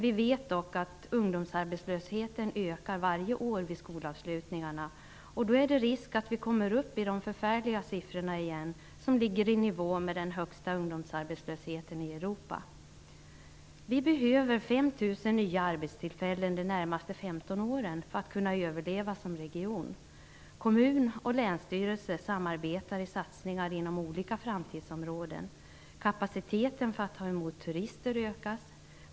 Vi vet dock att ungdomsarbetslösheten ökar varje år vid skolavslutningarna, och då är det risk att vi återigen kommer upp i de förfärliga siffror som ligger i nivå med den högsta ungdomsarbetslösheten i Europa. Gotland behöver 5 000 nya arbetstillfällen under de närmaste 15 åren för att kunna överleva som region. Kommunen och länsstyrelsen samarbetar i satsningar inom olika framtidsområden. Kapaciteten för att ta emot turister ökas.